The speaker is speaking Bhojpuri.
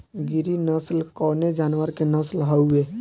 गिरी नश्ल कवने जानवर के नस्ल हयुवे?